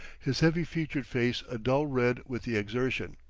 his heavy-featured face a dull red with the exertion,